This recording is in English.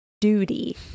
duty